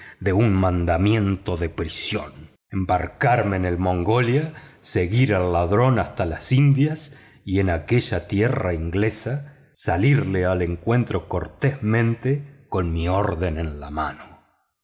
de un mandamiento de prisión embarcarme en el mongolia seguir al ladrón hasta la indias y en aquella tierra inglesa salirle al encuentro cortésmente con mi orden en la mano